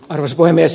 arvoisa puhemies